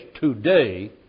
today